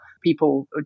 People